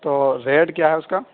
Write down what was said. تو ریٹ کیا ہے اس کا